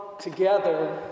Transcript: together